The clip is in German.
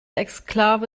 exklave